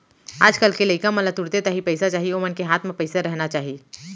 आज कल के लइका मन ला तुरते ताही पइसा चाही ओमन के हाथ म पइसा रहना चाही